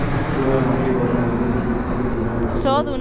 কিভাবে মাটির গঠন উদ্ভিদের বৃদ্ধিকে প্রভাবিত করে?